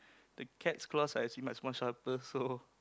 the cat claws I assume much more sharper so